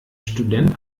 student